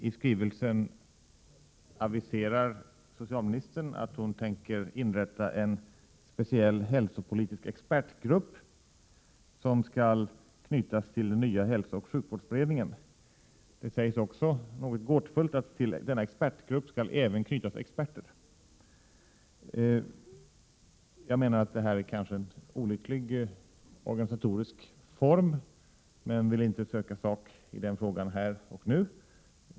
I skrivelsen aviserar socialministern att hon tänker inrätta en speciell hälsopolitisk expertgrupp, som skall knytas till den nya hälsooch sjukvårdsberedningen. Det sägs också, något gåtfullt, att till denna expertgrupp skall även knytas experter. Jag menar att detta kanske är en olycklig organisatorisk form, men jag vill inte söka sak i den frågan här och nu.